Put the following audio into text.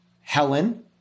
Helen